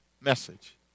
message